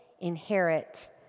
inherit